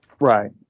Right